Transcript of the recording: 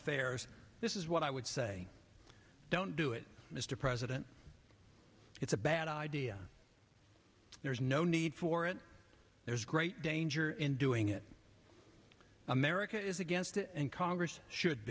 affairs this is what i would say don't do it mr president it's a bad idea there's no need for it there's great danger in doing it america is against it and congress should